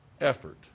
effort